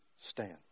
Stand